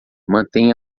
mantém